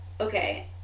okay